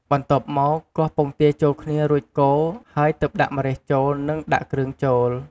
បន្ទាប់មក គោះពង់ទាចូលគ្នារួចកូរ ហើយទើបដាក់ម្រះចូល និងដាក់គ្រឿងចូល។